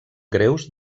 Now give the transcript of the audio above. greus